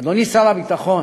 אדוני שר הביטחון,